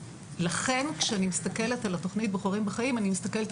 לכן כשאני מסתכלת על התוכנית "בוחרים בחיים" אני מסתכלת